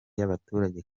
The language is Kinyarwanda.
y’abaturage